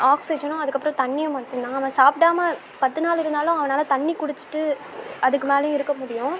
ஆக்சிஜனும் அதுக்கு அப்புறம் தண்ணியும் மட்டும்தான் நம்ம சாப்பிடாம பத்து நாள் இருந்தாலும் நம்மனால தண்ணி குடிச்சிவிட்டு அதுக்கு மேலையும் இருக்க முடியும்